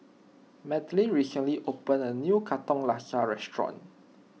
Madlyn recently opened a new Katong Laksa restaurant